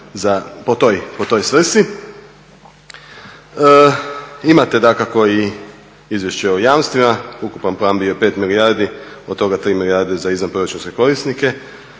po toj svrsi. Imate dakako i izvješće o jamstvima. Ukupan plan bio je 5 milijardi, od toga 3 milijarde za izvanproračunske korisnike.